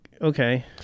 okay